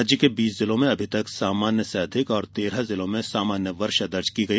राज्य के बीस जिलों में अभी तक सामान्य से अधिक और तेरह जिलों में सामान्य वर्षा दर्ज की गई